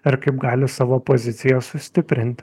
ar kaip gali savo poziciją sustiprinti